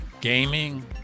gaming